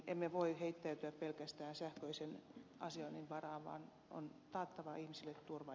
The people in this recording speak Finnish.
emme voi heittäytyä pelkästään sähköisen asioinnin varaan vaan on taattava ihmisille turva